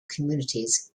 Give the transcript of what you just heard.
communities